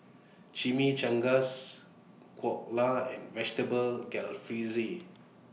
Chimichangas Dhokla and Vegetable Jalfrezi